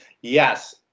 yes